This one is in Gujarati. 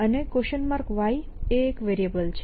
y એક વેરીએબલ છે